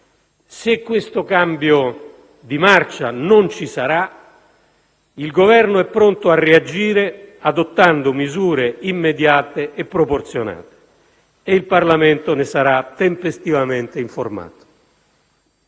se questo cambio di marcia non ci sarà, il Governo è pronto a reagire adottando misure immediate e proporzionali e il Parlamento ne sarà tempestivamente informato.